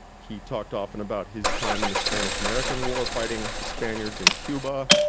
he talked often about his time in the spanish-american war fighting the spaniards in cuba,